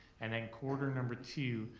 and then quarter number two,